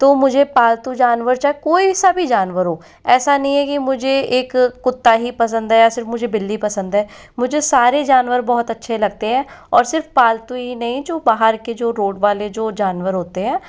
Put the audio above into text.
तो मुझे पालतू जानवर चाहे कोई सा भी जानवर हो ऐसा नहीं है की मुझे एक कुत्ता ही पसंद है या सिर्फ बिल्ली पसंद है मुझे सारे जानवर बहुत अच्छे लगते है और सिर्फ पालतू ही नहीं जो बाहर के जो रोड वाले जो जानवर होते है